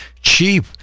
cheap